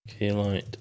Keylight